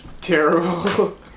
terrible